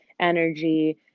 energy